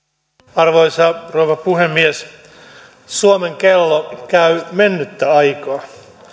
arvoisa rouva puhemies suomen kello käy mennyttä aikaa